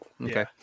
okay